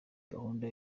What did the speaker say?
gahunda